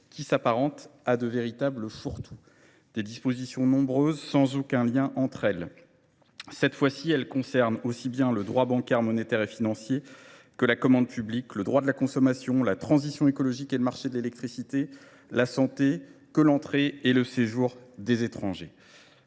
qui s’apparentent à de véritables fourre tout, tant ils regroupent des dispositions nombreuses sans aucun lien entre elles. Cette fois, ces dispositions concernent aussi bien le droit bancaire, monétaire et financier que la commande publique, le droit de la consommation, la santé, la transition écologique et le marché de l’électricité, que l’entrée et le séjour des étrangers.